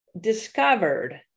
discovered